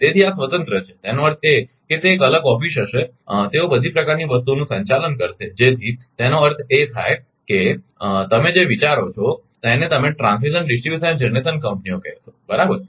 તેથી આ સ્વતંત્ર છે તેનો અર્થ છે કે તે એક અલગ ઓફિસ હશે કે તેઓ બધી પ્રકારની વસ્તુઓનું સંચાલન કરશે જેથી તેનો અર્થ એ થાય તેથી તેનો અર્થ એ કે તમે જે વિચારો છો તેને તમે ટ્રાન્સમિશન ડિસ્ટ્રિબ્યુશન અને જનરેશન કંપનીઓ કહેશો બરાબર